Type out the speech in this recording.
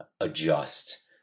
adjust